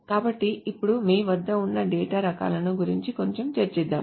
కాబట్టి ఇప్పుడు మీ వద్ద ఉన్న డేటా రకాలను గురించి కొంచెం చర్చిద్దాం